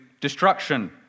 destruction